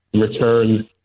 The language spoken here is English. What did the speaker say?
return